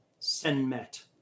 Senmet